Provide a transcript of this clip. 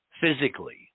physically